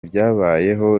byabayeho